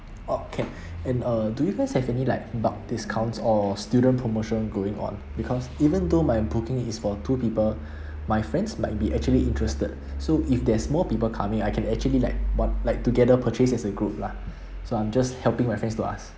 okay and uh do you guys have any like bulk discounts or student promotion going on because even though my booking is for two people my friends might be actually interested so if there's more people coming I can actually like one like together purchase as a group lah so I'm just helping my friends to ask